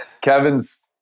Kevin's